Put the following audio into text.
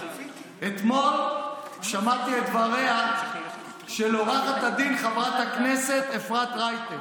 אתמול שמעתי את דבריה של עו"ד חברת הכנסת אפרת רייטן,